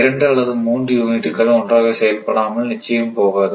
இரண்டு அல்லது மூன்று யூனிட்டுகள் ஒன்றாக செயல்படாமல் நிச்சயம் போகாது